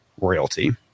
royalty